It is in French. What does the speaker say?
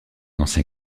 ancien